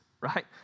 right